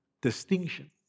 distinction